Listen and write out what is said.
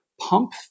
Pump